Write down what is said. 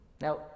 Now